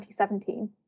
2017